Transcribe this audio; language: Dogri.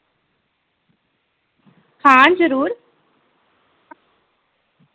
हां जरूर